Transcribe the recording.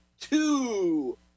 two